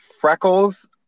freckles